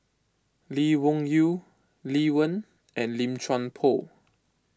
Lee Wung Yew Lee Wen and Lim Chuan Poh